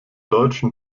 deutschen